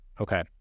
Okay